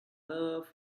love